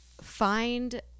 find